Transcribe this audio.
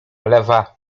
lewa